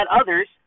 others